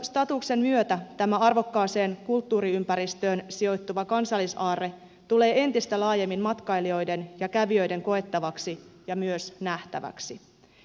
kansallispuistostatuksen myötä tämä arvokkaaseen kulttuuriympäristöön sijoittuva kansallisaarre tulee entistä laajemmin matkailijoiden ja kävijöiden koettavaksi ja myös nähtäväksi